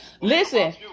Listen